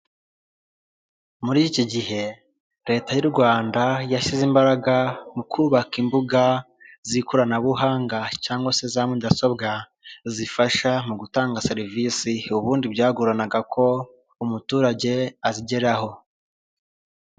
Muri iki gihe, leta y'u rwanda yashyize imbaraga mu kubaka imbuga z'ikoranabuhanga cyangwa se za mudasobwa zifasha mu gutanga serivisi ubundi byagoranaga ko umuturage azigeraho.